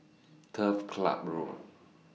Turf Club Road